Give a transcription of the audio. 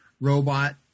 robot